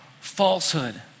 falsehood